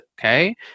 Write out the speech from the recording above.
Okay